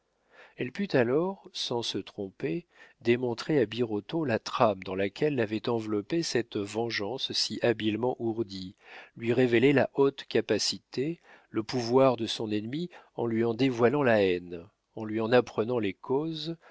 elle put alors sans se tromper démontrer à birotteau la trame dans laquelle l'avait enveloppé cette vengeance si habilement ourdie lui révéler la haute capacité le pouvoir de son ennemi en lui en dévoilant la haine en lui en apprenant les causes